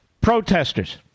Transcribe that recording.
protesters